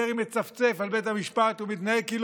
דרעי מצפצף על בית המשפט ומתנהג כאילו